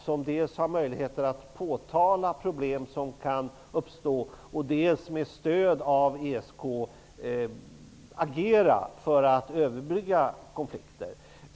Detta nätverk skulle ha möjlighet att påtala problem som kan uppstå och agera för att överbrygga konflikter med stöd av ESK.